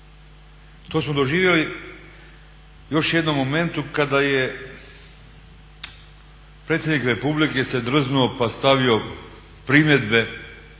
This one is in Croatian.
To smo doživjeli u još jednom momentu kada je predsjednik Republike se drznuo pa stavio primjedbe